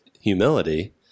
humility